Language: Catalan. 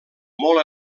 molt